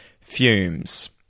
fumes